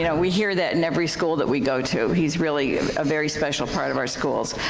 yeah we hear that in every school that we go to. he's really a very special part of our schools.